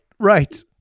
Right